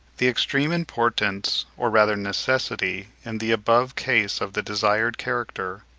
the extreme importance, or rather necessity in the above case of the desired character,